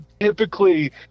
Typically